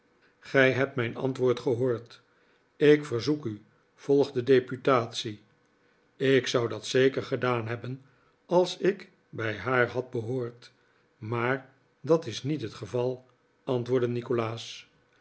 gij hebt mijn antwoord gehoord ik verzoek u volg de deputatie ik zou dat zeker gedaan hebben als ik bij haar had behoord maar dat is niet het geval antwoordde nikolaas